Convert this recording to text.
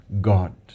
God